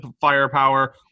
firepower